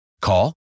Call